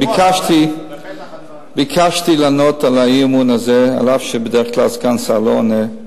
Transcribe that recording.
ביקשתי לענות על האי-אמון הזה אף שבדרך כלל סגן שר לא עונה.